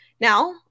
Now